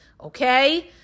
okay